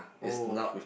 oh